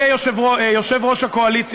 בכל מקרה,